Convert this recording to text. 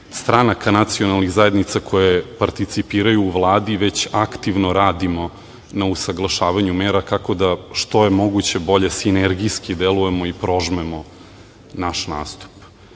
stranaka nacionalnih zajednica koje participiraju u Vladi već aktivno radimo na usaglašavanju mera kako da što je moguće bolje sinergijski delujemo i prožmemo naš nastup. Sa